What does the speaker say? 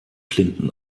clinton